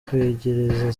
kwegereza